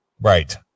Right